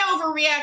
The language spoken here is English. overreact